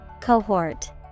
Cohort